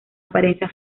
apariencia